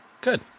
Good